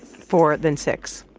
four, then six,